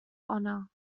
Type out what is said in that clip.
honour